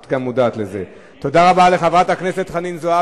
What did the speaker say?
בבקשה, חבר הכנסת נסים זאב.